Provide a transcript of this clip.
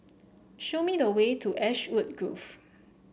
show me the way to Ashwood Grove